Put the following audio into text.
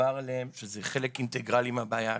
שדובר עליהם, שזה חלק אינטגרלי מהבעיה הקיימת.